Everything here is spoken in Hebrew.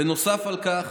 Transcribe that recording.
נוסף על כך,